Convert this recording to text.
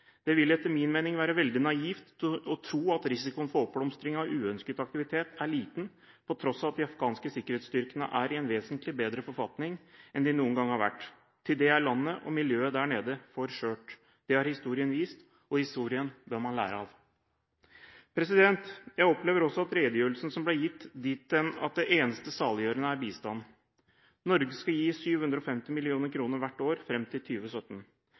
Det vil etter min mening være veldig naivt å tro at risikoen for oppblomstring av uønsket aktivitet er liten, på tross av at de afghanske sikkerhetsstyrkene er i en vesentlig bedre forfatning enn de noen gang har vært – til det er landet og miljøet der nede for skjørt. Det har historien vist, og historien bør man lære av. Jeg oppfatter også redegjørelsen som ble gitt, dithen at det eneste saliggjørende er bistand. Norge skal gi 750 mill. kr hvert år fram til